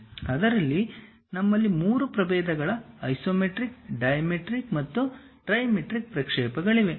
ಅದರಲ್ಲಿ ನಮ್ಮಲ್ಲಿ 3 ಪ್ರಭೇದಗಳ ಐಸೊಮೆಟ್ರಿಕ್ ಡೈಮೆಟ್ರಿಕ್ ಮತ್ತು ಟ್ರಿಮೆಟ್ರಿಕ್ ಪ್ರಕ್ಷೇಪಗಳಿವೆ